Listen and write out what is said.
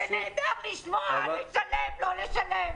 ונהדר לשמוע, לשלם, לא לשלם.